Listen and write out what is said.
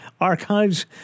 archives